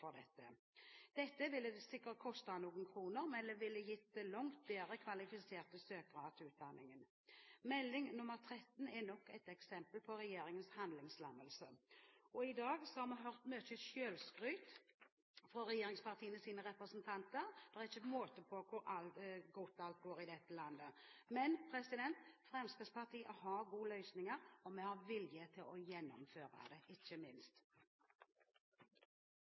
det. Dette ville nok kostet noen kroner, men ville gitt langt bedre kvalifiserte søkere til utdanningen. Melding nr. 13 er nok et eksempel på regjeringens handlingslammelse. I dag har vi hørt mye selvskryt fra regjeringspartienes representanter. Det er ikke måte på hvor godt alt går i dette landet. Men Fremskrittspartiet har gode løsninger, og vi har vilje til å gjennomføre det – ikke minst.